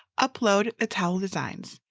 upload the towel designs.